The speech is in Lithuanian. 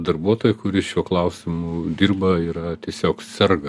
darbuotoją kuris šiuo klausimu dirba yra tiesiog serga